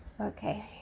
Okay